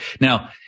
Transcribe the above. Now